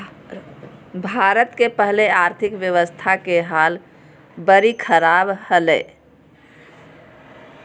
भारत के पहले आर्थिक व्यवस्था के हाल बरी ख़राब हले